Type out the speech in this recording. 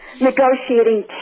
negotiating